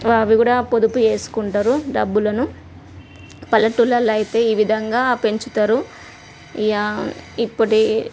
అవి కూడా పొదుపు చేసుకుంటారు డబ్బులను పల్లెటూళ్ళలో అయితే ఈ విధంగా పెంచుతారు ఇక ఇప్పటి